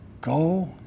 Go